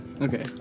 Okay